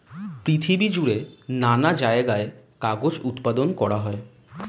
পৃথিবী জুড়ে নানা জায়গায় কাগজ উৎপাদন করা হয়